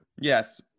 Yes